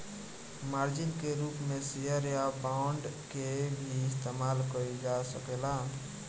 margin के रूप में शेयर या बांड के भी इस्तमाल कईल जा सकेला